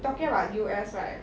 talking about U_S right